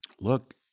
look